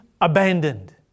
abandoned